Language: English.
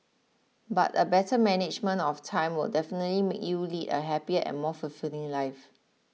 but a better management of time will definitely make you lead a happier and more fulfilling life